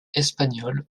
espagnol